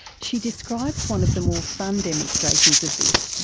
she describes one of the more fun demonstrations of this,